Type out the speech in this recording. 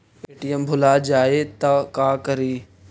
ATM भुला जाये त का करि?